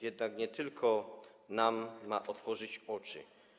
Jednak nie tylko nam ma to otworzyć oczy.